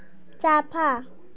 चाफा